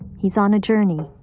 he's on a journey.